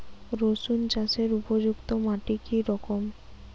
রুসুন চাষের উপযুক্ত মাটি কি রকম?